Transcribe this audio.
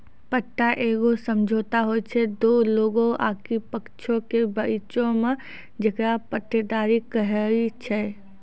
पट्टा एगो समझौता होय छै दु लोगो आकि पक्षों के बीचो मे जेकरा पट्टेदारी कही छै